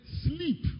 sleep